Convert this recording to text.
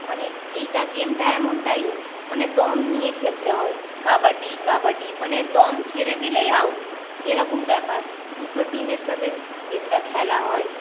মানে এইটা গেমটা এমনটাই মানে দম নিয়ে খেলতে হয় কাবাডি কাবাডি মানে দম ছেড়ে দিলেই আউ ট এরকম ব্যাপার দুটো টিমের সাথে গেমটা খেলা হয়